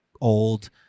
old